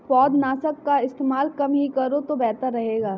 पौधनाशक का इस्तेमाल कम ही करो तो बेहतर रहेगा